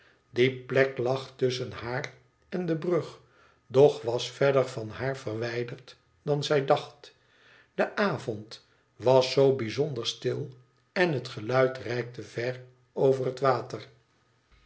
die plek lag tusschen haar en de brug doch was verder van haar verwijderd dan zij dacht de avond was zoo bijzonder stil en het geluid reikte ver over het water